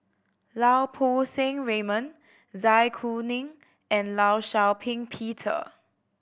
Lau Poo Seng Raymond Zai Kuning and Law Shau Ping Peter